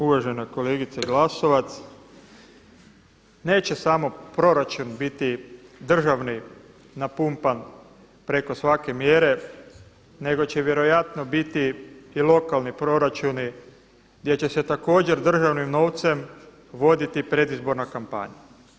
Uvažena kolegice Glasovac, neće samo proračun biti državni napumpan preko svake mjere, nego će vjerojatno biti i lokalni proračuni gdje će se također državnim novcem voditi predizborna kampanja.